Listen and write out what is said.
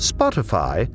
Spotify